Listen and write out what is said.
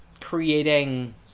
creating